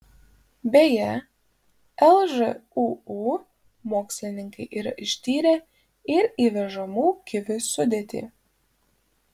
beje lžūu mokslininkai yra ištyrę ir įvežamų kivių sudėtį